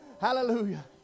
Hallelujah